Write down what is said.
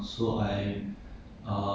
put on weight